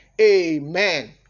Amen